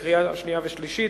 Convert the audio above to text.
לקריאה השנייה והקריאה השלישית.